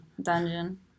dungeon